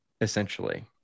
essentially